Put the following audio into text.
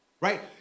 right